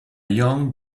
young